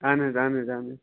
اَہَن حظ اَہَن حظ اَہَن حظ